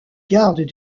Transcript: gardes